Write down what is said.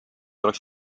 oleks